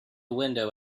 window